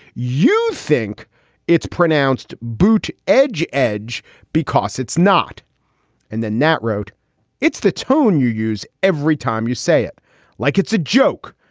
you think it's pronounced boot edge edge because it's not and then nat wrote it's the tone you use every time you say it like it's a joke.